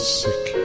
sick